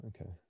Okay